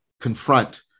confront